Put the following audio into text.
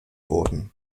wurden